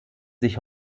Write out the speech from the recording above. sich